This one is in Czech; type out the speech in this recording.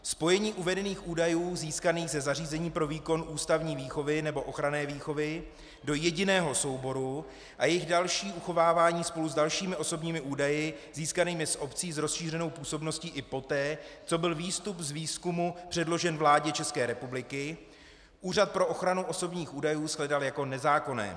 Spojení uvedených údajů získaných ze zařízení pro výkon ústavní výchovy nebo ochranné výchovy do jediného souboru a jejich další uchovávání spolu s dalšími osobními údaji získanými z obcí s rozšířenou působností i poté, co byl výstup z výzkumu předložen vládě České republiky, Úřad pro ochranu osobních údajů shledal jako nezákonné.